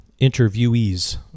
interviewees